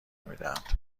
میدهند